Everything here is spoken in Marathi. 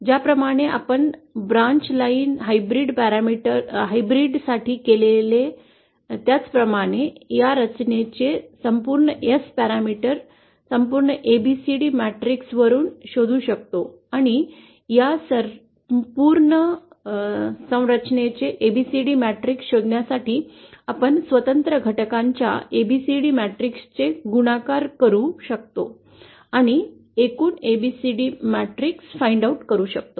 ज्याप्रमाणे आपण ब्रांच लाइन हायब्रिड साठी केले त्याप्रमाणेच या रचनेचे संपूर्ण S पॅरामीटर संपूर्ण ABCD मॅट्रिक्स वरून शोधू शकतो आणि या संपूर्ण संरचनेचे ABCD मॅट्रिक्स शोधण्यासाठी आपण स्वतंत्र घटकांच्या ABCD मॅट्रिक्सचे गुणाकार करू शकतो आणि एकूणच ABCD मॅट्रिक्स शोधू शकतो